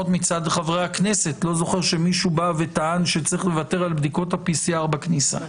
אף אחד מחברי הכנסת לא טען שצריך לוותר על בדיקות ה-PCR בכניסה.